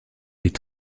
est